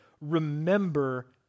remember